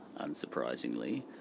unsurprisingly